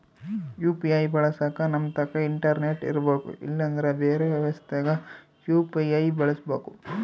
UPI ಬಳಸಕ ನಮ್ತಕ internet ಇರರ್ಬೆಕು ಇಲ್ಲಂದ್ರ ಬೆರೆ ವ್ಯವಸ್ಥೆಗ ಯು.ಪಿ.ಐ ಬಳಸಬಕು